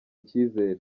kizere